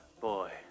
Boy